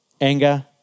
anger